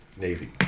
Navy